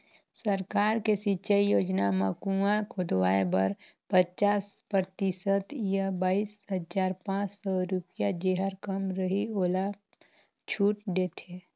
सरकार के सिंचई योजना म कुंआ खोदवाए बर पचास परतिसत य बाइस हजार पाँच सौ रुपिया जेहर कम रहि ओला छूट देथे